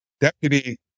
deputy